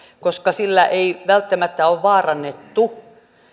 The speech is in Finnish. koska sillä ei välttämättä ole vaarannettu